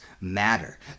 matter